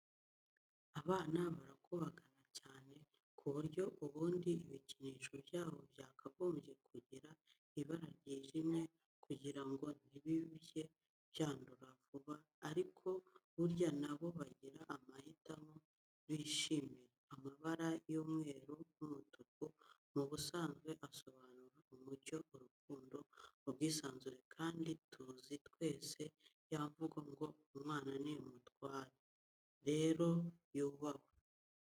Abana barakubagana cyane, ku buryo ubundi ibikinisho byabo byakagombye kugira ibara ryijimye kugira ngo ntibijye byandura vuba ariko burya na bo bagira amahitamo, bishimira amabara y'umweru n'umutuku, mu busanzwe asobanura umucyo, urukundo, ubwisanzure kandi tuzi twese ya mvugo ngo: ''Umwana ni umutware.'' Rero yubahwe.